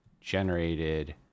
generated